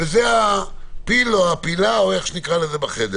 זה הפיל או הפילה בחדר.